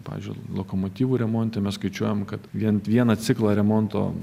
pavyzdžiui lokomotyvų remonte mes skaičiuojam kad vien vieną ciklą remonto